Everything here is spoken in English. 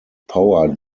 power